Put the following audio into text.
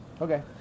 okay